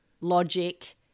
logic